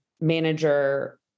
manager